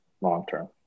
long-term